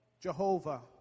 Jehovah